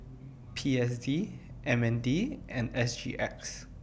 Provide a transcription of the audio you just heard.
P S D M N D and S G X